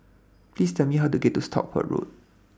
Please Tell Me How to get to Stockport Road